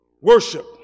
worship